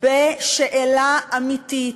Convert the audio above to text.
בשאלה אמיתית,